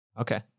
Okay